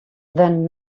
than